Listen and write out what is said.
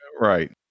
Right